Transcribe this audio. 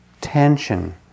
tension